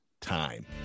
time